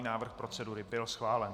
Návrh procedury byl schválen.